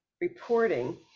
reporting